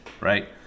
right